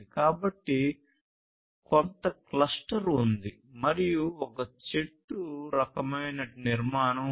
కాబట్టి కొంత క్లస్టర్ ఉంది మరియు ఒక చెట్టు రకమైన నిర్మాణం ఉంది